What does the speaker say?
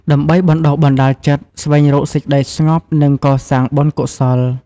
ដើម្បីបណ្ដុះបណ្ដាលចិត្ត ស្វែងរកសេចក្តីស្ងប់ និងកសាងបុណ្យកុសល។